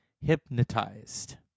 hypnotized